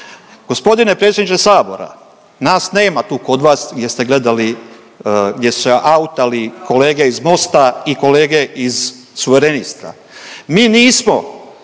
Gospodine predsjedniče sabora, nas nema tu kod vas gdje ste gledali, gdje su se autali kolege iz Mosta i kolege iz Suvereniste. Mi nismo